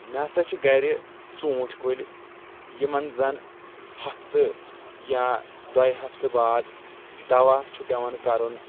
مےٚ ہسا چھِ گرِ ژوٗنٛٹھۍ کُلۍ یِمن زن ہفتہٕ یا دۄیہِ ہفتہٕ باد دوا چھُ پیٚوان کرُن